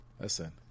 Listen